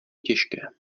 těžké